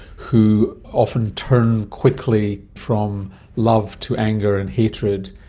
who often turn quickly from love to anger and hatred,